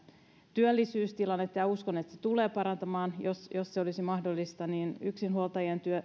työllisyystilannetta ja uskon että se tulee parantamaan jos jos se olisi mahdollista se tulisi parantamaan yksinhuoltajien